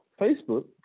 Facebook